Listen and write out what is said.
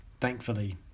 thankfully